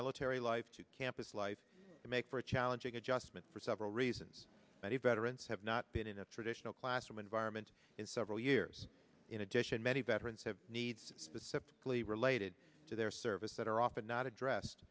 military life to campus life to make for a challenging adjustment for several reasons many veterans have not been in a traditional classroom environment in several years in addition many veterans have needs the sceptically related to their service that are often not addressed